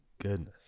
goodness